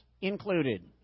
included